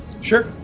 Sure